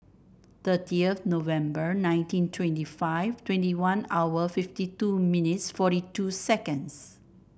thirtieth November nineteen twenty five twenty one hour fifty two minutes forty two seconds